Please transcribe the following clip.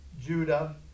Judah